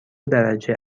درجه